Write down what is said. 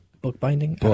bookbinding